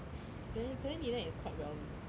technically lynnette is quite well known